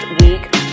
week